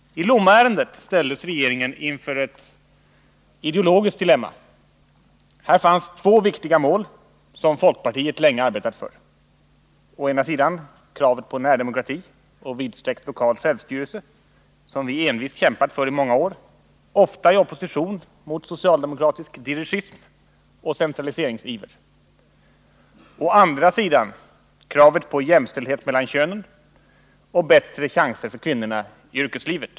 I Lommaärendet ställdes regeringen inför ett ideologiskt dilemma. Här fanns två viktiga mål som folkpartiet länge arbetat för. Å ena sidan kravet på närdemokrati och vidsträckt lokal självstyrelse, som vi envist kämpat för i många år — ofta i opposition mot socialdemokratisk dirigism och centraliseringsiver. Å andra sidan kravet på jämställdhet mellan könen och bättre chanser för kvinnorna i yrkeslivet.